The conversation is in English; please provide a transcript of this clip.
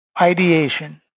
Ideation